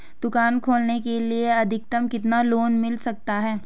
दुकान खोलने के लिए अधिकतम कितना लोन मिल सकता है?